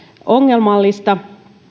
ongelmallista